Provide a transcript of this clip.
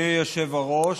אדוני היושב-ראש,